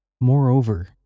Moreover